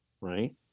right